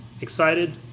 excited